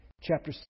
Chapter